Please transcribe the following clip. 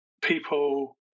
people